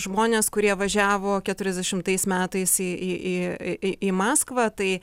žmonės kurie važiavo keturiasdešimtais metais į į į į į į maskvą tai